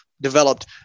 developed